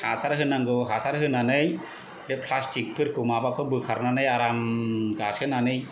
हासार होनांगौ हासार होनानै बे प्लास्टिकफोरखौ माबाखौ बोखारनानै आराम गासोनानै